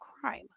crime